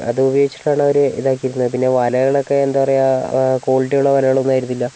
അതുപയോഗിച്ചിട്ടാണ് അവർ ഇതാക്കിയിരുന്നത് പിന്നെ വലകളൊക്കെ എന്താണ് പറയുക ക്വാളിറ്റി ഉള്ള വലകളൊന്നും ആയിരുന്നില്ല